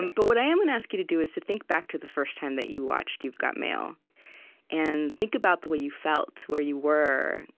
but what i am gonna and ask you to do is to think back to the first time that you watched you've got mail and think about the way you felt, where you were,